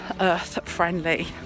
earth-friendly